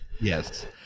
Yes